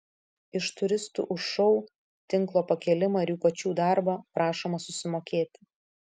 iš turistų už šou tinklo pakėlimą ir jų pačių darbą prašoma susimokėti